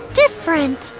different